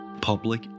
Public